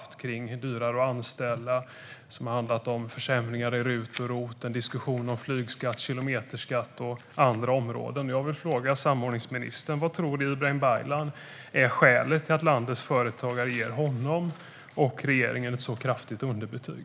Det handlar om att göra det dyrare att anställa och om försämringar i RUT och ROT. Det är en diskussion om flygskatt, kilometerskatt och andra områden. Jag vill fråga samordningsminister Ibrahim Baylan: Vad tror Ibrahim Baylan är skälet till att landets företagare ger honom och regeringen ett så kraftigt underbetyg?